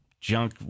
junk